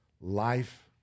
Life